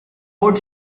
road